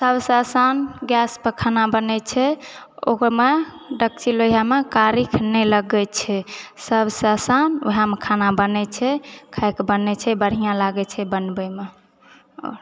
सबसऽ आसान गैस पर खाना बनै छै ओहि मे डेक्ची लोहिया मे कारिख नहि लगै छै सबसे आसान वएह मे खाना बनै छै खायके बनै छै बढ़िऑं लागै छै बनबेमे